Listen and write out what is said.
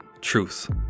truth